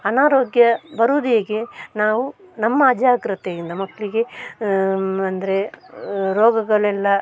ಅನಾರೋಗ್ಯ ಬರುವುದು ಹೇಗೆ ನಾವು ನಮ್ಮ ಅಜಾಗ್ರತೆಯಿಂದ ಮಕ್ಕಳಿಗೆ ಅಂದರೆ ರೋಗಗಳೆಲ್ಲ